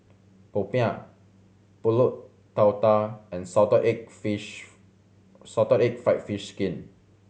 popiah Pulut Tatal and salted egg fish salted egg fried fish skin